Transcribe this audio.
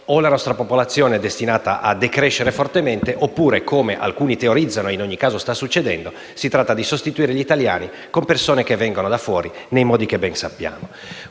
o la nostra popolazione è destinata a decrescere fortemente oppure, come alcuni teorizzano, e come in ogni caso sta succedendo, si tratta di sostituire gli italiani con persone che vengono da fuori nei modi che ben sappiamo.